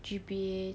G_P_A